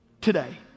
Today